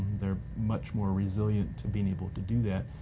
they're much more resilient to being able to do that.